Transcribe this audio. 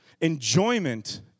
enjoyment